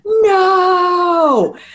no